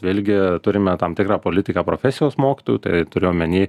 vėlgi turime tam tikrą politiką profesijos mokytojų tai turiu omeny